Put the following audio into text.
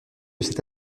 cette